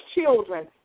children